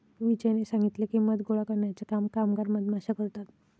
विजयने सांगितले की, मध गोळा करण्याचे काम कामगार मधमाश्या करतात